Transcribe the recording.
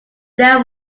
there